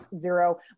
zero